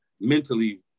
mentally